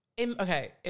Okay